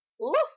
lost